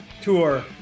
tour